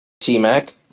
T-Mac